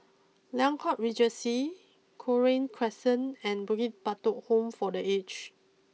Liang court Regency Cochrane Crescent and Bukit Batok Home for the Aged